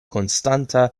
konstanta